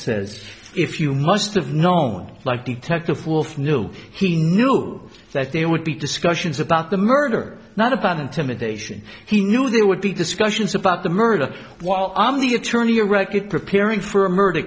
says if you must have known like detective wolf knew he knew that there would be discussions about the murder not about intimidation he knew there would be discussions about the murder while i am the attorney or wreckage preparing for a murder